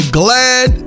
glad